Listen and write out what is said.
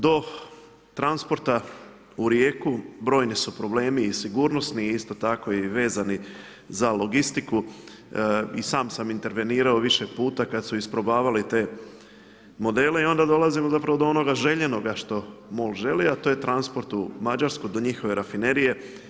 Do transporta u Rijeku brojni su problemi i sigurnosni isto tako i vezani za logistiku i sam sam intervenirao više puta kada su isprobavali te modele i onda dolazimo do onoga željenoga što MOL želi, a to je transport u Mađarsku do njihove rafinerije.